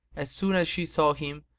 as soon as she saw him,